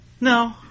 No